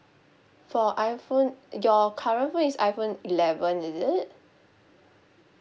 for iphone your current phone is iphone eleven is it